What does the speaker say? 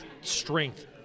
strength